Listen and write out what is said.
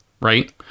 right